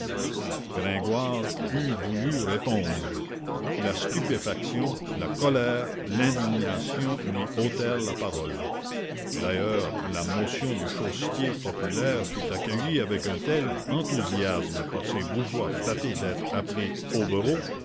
gringoire eût voulu répondre la stupéfaction la colère l'indignation lui ôtèrent la parole d'ailleurs la motion du chaussetier populaire fut accueillie avec un tel enthousiasme par ces bourgeois flattés d'être appelés